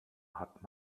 hat